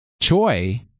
Choi